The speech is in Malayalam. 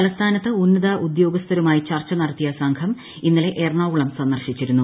തലസ്ഥാനത്ത് ഉന്നത ഉദ്യോഗ്സ്ഥ്രുമായി ചർച്ച നടത്തിയ സംഘം ഇന്നലെ എറണാകുളം സൃഢ്ട്ർശിച്ചിരുന്നു